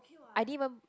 I didn't even